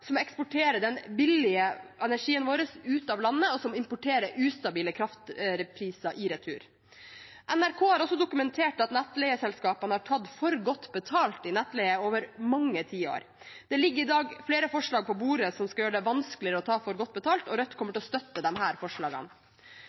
som eksporterer den billige energien vår ut av landet, og som importerer ustabile kraftpriser i retur. NRK har også dokumentert at nettleieselskapene har tatt for godt betalt i nettleie over mange tiår. Det ligger i dag flere forslag på bordet som skal gjøre det vanskeligere å ta for godt betalt, og Rødt kommer til å støtte disse forslagene.